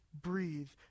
breathe